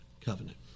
covenant